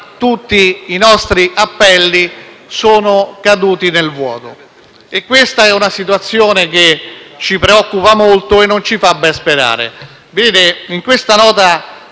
tutti i nostri appelli sono caduti nel vuoto. Questa situazione ci preoccupa molto e non ci fa ben sperare.